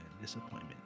disappointment